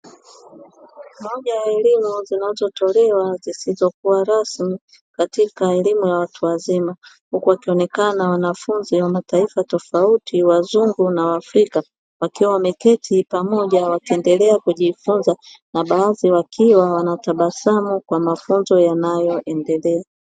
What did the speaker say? Moja ya elimu zinazotolewa zisizokuwa rasmi katika elimu ya watu wazima, huku wakionekana wanafunzi wa mataifa tofauti wazungu na waafrika, wakiwa wameketi pamoja wakiendelea kujifunza, na baadhi wakiwa wanatabasamu kwa mafunzo yanayoendelea.